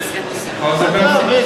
אני יכול לדבר?